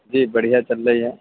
جی بڑھیا چل رہی ہے